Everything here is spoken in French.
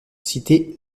cité